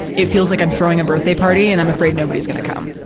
it feels like i'm throwing a birthday party and i'm afraid nobody's gonna come.